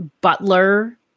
butler